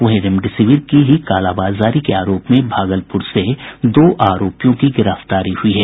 वहीं रेमडेसिविर की ही कालाबाजारी के आरोप में भागलपुर से दो आरोपियों की गिरफ्तारी हुई है